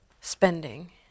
Spending